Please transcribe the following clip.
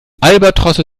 albatrosse